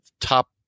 top